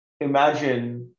imagine